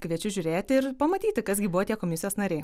kviečiu žiūrėti ir pamatyti kas gi buvo tie komisijos nariai